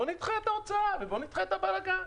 אז בוא נדחה את ההוצאה ובוא נדחה את הבלגן.